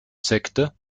sekte